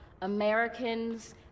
Americans